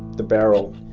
the barrel.